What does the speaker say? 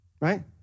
right